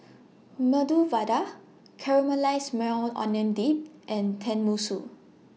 Medu Vada Caramelized Maui Onion Dip and Tenmusu